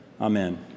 Amen